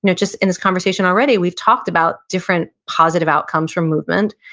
you know just in this conversation already, we've talked about different positive outcomes from movement,